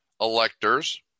electors